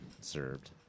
served